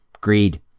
Greed